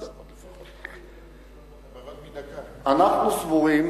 אנחנו סבורים,